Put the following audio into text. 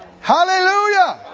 Hallelujah